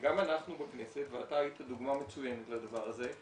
גם אנחנו בכנסת, ואתה היית דוגמה מצוינת לדבר הזה,